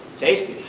tasty